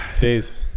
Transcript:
Days